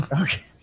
Okay